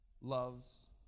loves